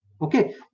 okay